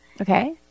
Okay